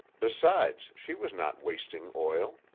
besides, she was not wasting oil.